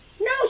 No